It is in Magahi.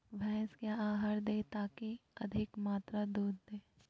भैंस क्या आहार दे ताकि अधिक मात्रा दूध दे?